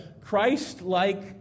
Christ-like